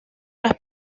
las